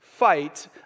fight